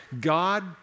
God